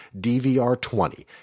dvr20